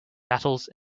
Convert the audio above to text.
battles